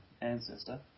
ancestor